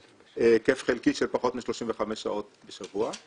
בהיקף חלקי של פחות מ-35 שעות בשבוע.